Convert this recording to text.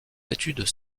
études